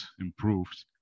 improved